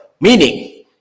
meaning